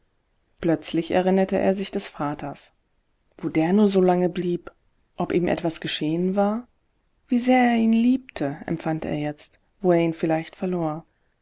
plötzlich erinnerte er sich des vaters wo der nur so lange blieb ob ihm etwas geschehen war wie sehr er ihn liebte empfand er jetzt wo er ihn vielleicht verlor